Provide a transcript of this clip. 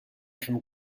from